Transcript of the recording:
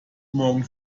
morgen